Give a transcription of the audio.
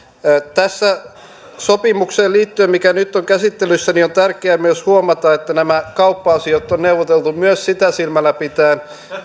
tähän sopimukseen liittyen mikä nyt on käsittelyssä on tärkeää myös huomata että nämä kauppa asiat on neuvoteltu myös sitä silmällä pitäen